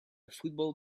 football